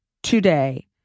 today